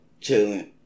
chilling